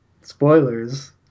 spoilers